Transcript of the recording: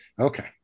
Okay